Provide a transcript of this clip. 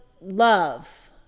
love